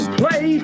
play